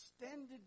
extended